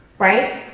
right,